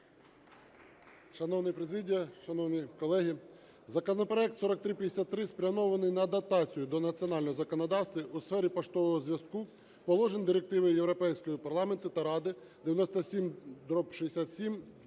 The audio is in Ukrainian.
Шановна президія, шановні колеги! Законопроект 4353 спрямований на дотацію до національного законодавства у сфері поштового зв'язку положень Директиви Європейського парламенту та Ради 97/67/ЄС